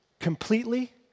Completely